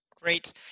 great